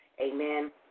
Amen